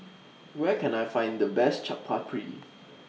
Where Can I Find The Best Chaat Papri